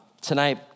tonight